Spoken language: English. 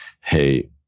Hey